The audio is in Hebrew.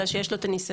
אלא שיש לו את הניסיון.